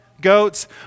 goats